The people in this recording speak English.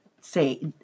say